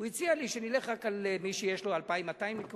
הוא הציע לי שנלך רק על מי שיש לו 2,200 נקודות,